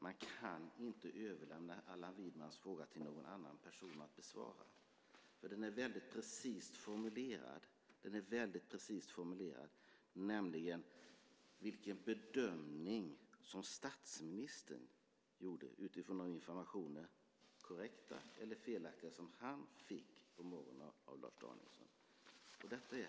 Man kan inte överlämna Allan Widmans fråga till någon annan person att besvara. Den är väldigt precist formulerad när det gäller vilken bedömning som statsministern gjorde utifrån de informationer, korrekta eller felaktiga, som han fick på morgonen av Lars Danielsson. Herr talman!